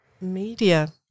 media